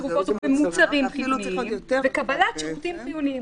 בתרופות ובמוצרים חיוניים וקבלת שירותים חיוניים".